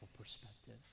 perspective